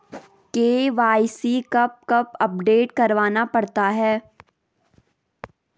KYC कब कब update करवाना पड़ता है?